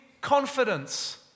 confidence